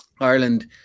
Ireland